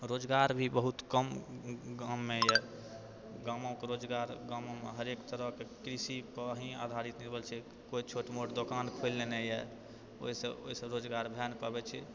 रोजगार भी बहुत कम गाँवमे यऽ गाँवोके रोजगार हरेक तरहके कृषिपर ही आधारित जुड़ल छै कोइ छोट मोट दोकान खोलि लेने यऽ ओहिसँ ओहिसँ रोजगार भए नहि पाबै छै